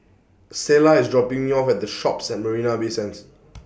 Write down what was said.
Selah IS dropping Me off At The Shoppes At Marina Bay Sands